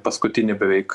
paskutinė beveik